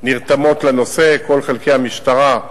נרתמות לנושא, כל חלקי המשטרה.